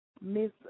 Miss